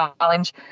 challenge